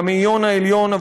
מהמאיון העליון,